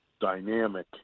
dynamic